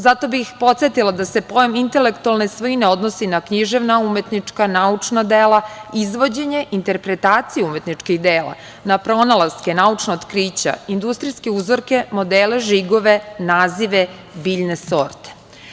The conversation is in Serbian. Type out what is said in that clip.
Zato bih podsetila da se pojam intelektualne svojine odnosi na književna, umetnička, naučna dela, izvođenje, interpretaciju umetničkih dela, na pronalaske, naučna otkrića, industrijske uzorke, modele, žigove, nazive biljne sorte.